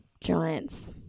Giants